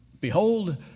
Behold